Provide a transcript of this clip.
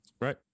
Right